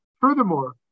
Furthermore